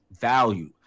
value